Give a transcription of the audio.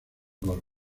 gol